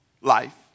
life